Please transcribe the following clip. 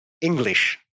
English